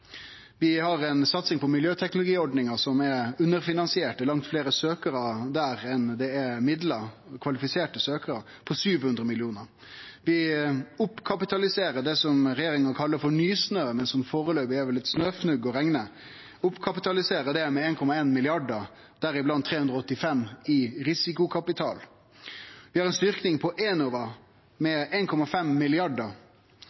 Vi har ei satsing på miljøteknologiordninga – som er underfinansiert, det er langt fleire kvalifiserte søkjarar der enn det er midlar – på 700 mill. kr. Vi oppkapitaliserer det regjeringa kallar for Nysnø, men som foreløpig er som eit snøfnugg å rekne. Vi oppkapitaliserer det med 1,1 mrd. kr, deriblant 385 mill. kr i risikokapital. Vi har